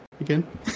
again